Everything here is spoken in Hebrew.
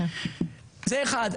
זה אחד.